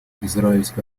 израильско